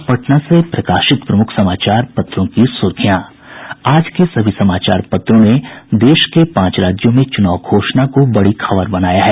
अब पटना से प्रकाशित प्रमुख समाचार पत्रों की सुर्खियां आज के सभी समाचार पत्रों ने देश के पांच राज्यों में चुनाव घोषणा को बड़ी खबर बनाया है